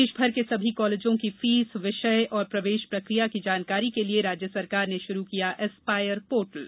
देश भर के सभी कॉलेजों की फीस विषय प्रवेश प्रक्रिया की जानकारी के लिए राज्य सरकार ने शुरू किया एस्पायर पोर्टल